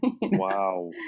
wow